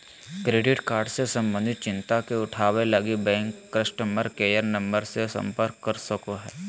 credit card से संबंधित चिंता के उठावैय लगी, बैंक कस्टमर केयर नम्बर से संपर्क कर सको हइ